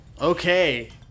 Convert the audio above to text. Okay